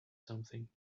something